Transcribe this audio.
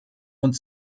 und